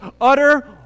utter